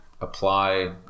apply